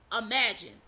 imagine